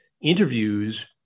interviews